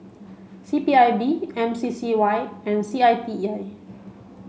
C P I B M C C Y and C I T E I